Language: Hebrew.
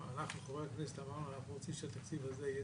חברי הכנסת אמרנו שאנחנו רוצים שהתקציב הזה יהיה